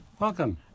welcome